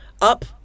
up